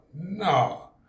no